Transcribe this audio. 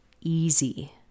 easy